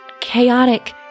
chaotic